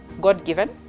God-given